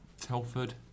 Telford